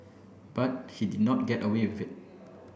but he did not get away with it